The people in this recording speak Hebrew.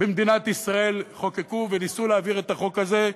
במדינת ישראל חוקקו וניסו להעביר את החוק הזה,